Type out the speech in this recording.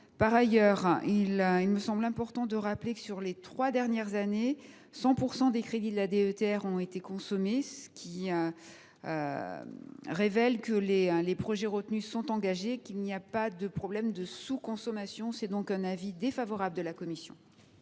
Par ailleurs, il me semble important de rappeler que, sur les trois dernières années, 100 % des crédits de la DETR ont été consommés, ce qui révèle que les projets retenus sont engagés et qu’il n’y a donc pas de problème de sous consommation. Avis défavorable. Quel est